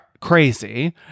crazy